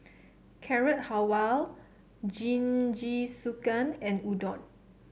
Carrot Halwa Jingisukan and Udon